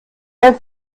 bei